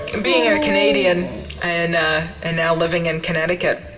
being a canadian and and now living in connecticut,